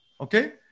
Okay